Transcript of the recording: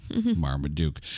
Marmaduke